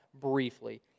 briefly